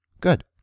Good